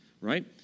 Right